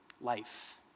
life